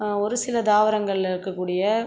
ஒரு சில தாவரங்களில் இருக்கக்கூடிய